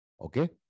Okay